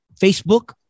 Facebook